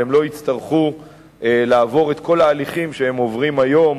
והם לא יצטרכו לעבור את כל ההליכים שהם עוברים היום